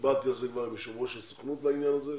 דיברתי על זה עם יושב-ראש הסוכנות בעניין זה.